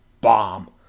bomb